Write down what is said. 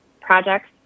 projects